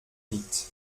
vite